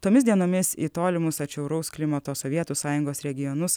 tomis dienomis į tolimus atšiauraus klimato sovietų sąjungos regionus